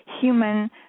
human